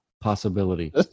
possibility